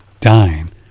dying